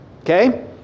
Okay